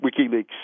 WikiLeaks